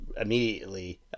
immediately